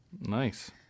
Nice